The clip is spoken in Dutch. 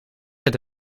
het